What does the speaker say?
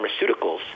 pharmaceuticals